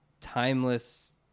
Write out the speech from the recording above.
timeless